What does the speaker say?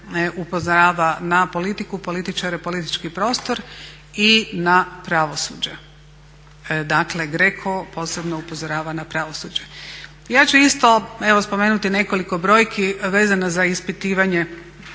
upozorava na politiku, političare, politički prostor i na pravosuđe. Dakle GRECO posebno upozorava na pravosuđe. Ja ću isto spomenuti nekoliko brojki vezano za ispitivanje